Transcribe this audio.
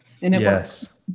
Yes